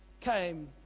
came